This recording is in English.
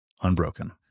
unbroken